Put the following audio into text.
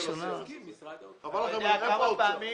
אתה יודע כמה פעמים